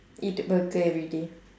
eat burger everyday